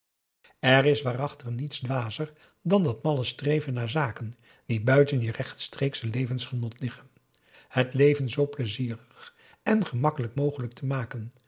er is waarachtig niets dwazer dan dat malle streven naar zaken die buiten je rechtstreeksche levensgenot liggen het leven zoo pleizierig en gemakkelijk mogelijk te maken